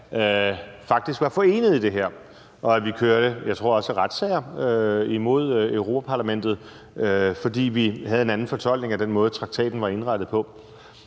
faktisk var forenet i det her, og jeg tror også, vi kørte retssager imod Europa-Parlamentet, fordi vi havde en anden fortolkning af den måde, traktaten var indrettet på.